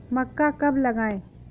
मक्का कब लगाएँ?